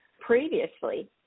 previously